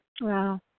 Wow